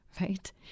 right